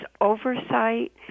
oversight